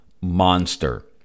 monster